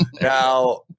Now